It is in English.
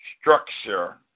structure